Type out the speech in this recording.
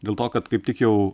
dėl to kad kaip tik jau